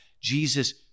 Jesus